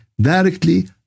directly